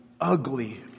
ugly